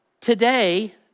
Today